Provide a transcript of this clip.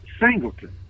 Singleton